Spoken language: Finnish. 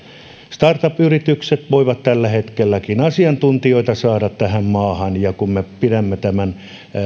startup yritykset voivat tälläkin hetkellä saada asiantuntijoita tähän maahan ja kun me pidämme tämän